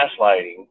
gaslighting